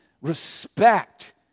respect